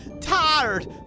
tired